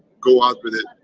go out with it.